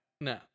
No